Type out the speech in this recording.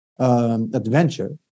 Adventure